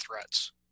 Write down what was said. threats